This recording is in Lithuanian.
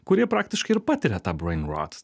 kurie praktiškai ir patiria tą brain rot